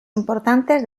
importantes